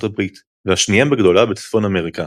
הברית והשנייה בגודלה בצפון אמריקה,